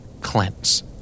Cleanse